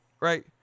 Right